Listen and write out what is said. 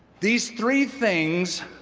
these three things